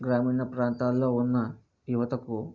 గ్రామీణ ప్రాంతాల్లో ఉన్న యువతకు